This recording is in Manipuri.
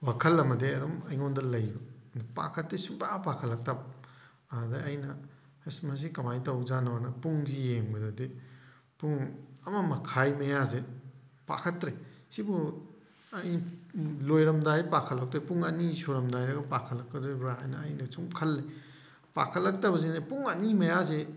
ꯋꯥꯈꯜ ꯑꯃꯗꯤ ꯑꯗꯨꯝ ꯑꯩꯉꯣꯟꯗ ꯂꯩꯕ ꯄꯥꯈꯠꯇꯤ ꯁꯨꯡꯄꯥ ꯄꯥꯈꯠꯂꯛꯇꯕ ꯑꯗ ꯑꯩꯅ ꯃꯁꯤ ꯀꯃꯥꯏꯅ ꯇꯧꯖꯥꯅꯣꯅ ꯄꯨꯡꯁꯤ ꯌꯦꯡꯕꯗꯗꯤ ꯄꯨꯡ ꯑꯃ ꯃꯈꯥꯏ ꯃꯌꯥꯁꯦ ꯄꯥꯈꯠꯇ꯭ꯔꯦ ꯁꯤꯕꯨ ꯂꯣꯏꯔꯝꯗꯥꯏꯗ ꯄꯥꯈꯠꯂꯛꯇꯣꯏ ꯄꯨꯝ ꯑꯅꯤ ꯁꯨꯔꯝꯗꯥꯏꯗꯒ ꯄꯥꯈꯠꯂꯛꯀꯗꯣꯔꯤꯕ꯭ꯔꯥ ꯑꯅ ꯑꯩꯅ ꯁꯨꯝ ꯈꯜꯂꯦ ꯄꯥꯈꯠꯂꯛꯇꯕꯁꯤꯅ ꯄꯨꯡ ꯑꯅꯤ ꯃꯌꯥꯁꯦ